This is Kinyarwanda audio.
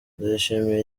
ndayishimiye